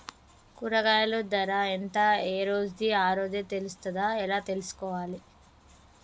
కూరగాయలు ధర ఎంత ఏ రోజుది ఆ రోజే తెలుస్తదా ఎలా తెలుసుకోవాలి?